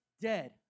dead